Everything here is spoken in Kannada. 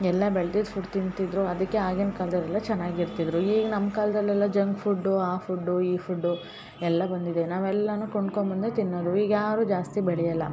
ಎಲ್ಲ ಬೆಳ್ದಿದ್ದ ಫುಡ್ ತಿಂತಿದ್ದರು ಅದಕ್ಕೆ ಆಗಿನ ಕಾಲದವ್ರೆಲ್ಲ ಚೆನ್ನಾಗಿರ್ತಿದ್ರು ಈಗ ನಮ್ಮ ಕಾಲದಲ್ಲೆಲ್ಲ ಜಂಕ್ ಫುಡ್ಡು ಆ ಫುಡ್ಡು ಈ ಫುಡ್ಡು ಎಲ್ಲ ಬಂದಿದೆ ನಾವೆಲ್ಲನೂ ಕೊಂಡ್ಕೊಂಡ್ ಬಂದೇ ತಿನ್ನೋದು ಈಗ ಯಾರೂ ಜಾಸ್ತಿ ಬೆಳೆಯಲ್ಲ